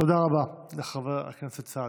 תודה רבה לחבר הכנסת סעדי.